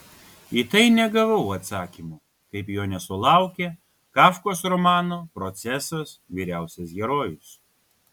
į tai negavau atsakymo kaip jo nesulaukė kafkos romano procesas vyriausias herojus